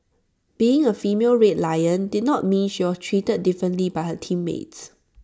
being A female red lion did not mean she was treated differently by her teammates